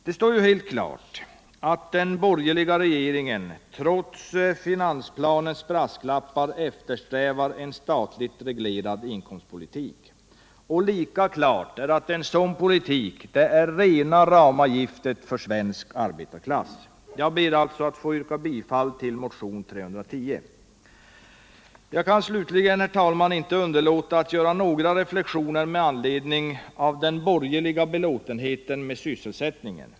Det står helt klart att den borgerliga regeringen, trots finansplanens brasklappar, eftersträvar en statligt reglerad inkomstpolitik. Lika klart är att en sådan politik är rena rama giftet för svensk arbetarklass. Jag ber alltså att få yrka bifall till motionen 310. Jag kan slutligen, herr talman, inte underlåta att göra några reflexioner med anledning av den borgerliga belåtenheten med sysselsättningen.